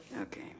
Okay